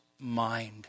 mind